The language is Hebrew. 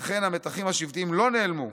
אכן, המתחים השבטיים לא נעלמו.